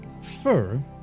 fur